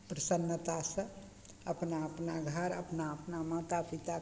प्रसन्नतासँ अपना अपना घर अपना अपना माता पिता